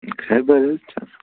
ٲں خیبر حظ چھُ آسان